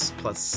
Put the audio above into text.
plus